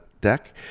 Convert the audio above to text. deck